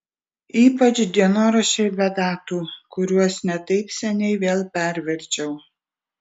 ypač dienoraščiai be datų kuriuos ne taip seniai vėl perverčiau